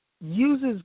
uses